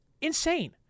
insane